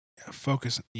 focus